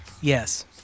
Yes